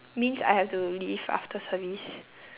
means I have to leave after service